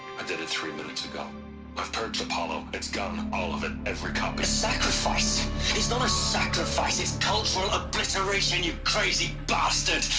did it three minutes ago i've purged apollo. it's gone, all of it, every copy a sacrifice? it's not a sacrifice! it's cultural obliteration, you crazy bastard!